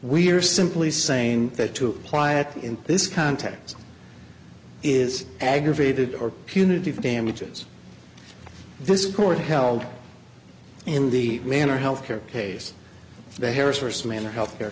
we are simply saying that to apply it in this context is aggravated or punitive damages this court held in the manner health care case the harris first man or health care